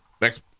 Next